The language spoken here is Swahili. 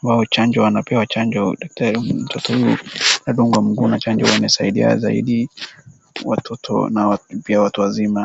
kupewa chanjo, anapewa chanjo mtoto huyu, anadungwa mguu na chanjo ambayo huwa inasaidia zaidi watoto na pia watu wazima.